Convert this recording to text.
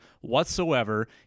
whatsoever